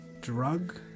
drug